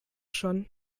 schon